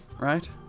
Right